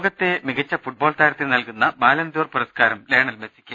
ലോകത്തെ മികച്ച ഫൂട്ബോൾ താരത്തിന് നൽകുന്ന ബാലൺദ്യോർ പുരസ്കാരം ലയണൽ മെസ്റ്റിക്ക്